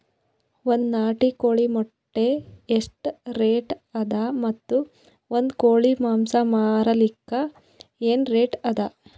ಒಂದ್ ನಾಟಿ ಕೋಳಿ ಮೊಟ್ಟೆ ಎಷ್ಟ ರೇಟ್ ಅದ ಮತ್ತು ಒಂದ್ ಕೋಳಿ ಮಾಂಸ ಮಾರಲಿಕ ಏನ ರೇಟ್ ಅದ?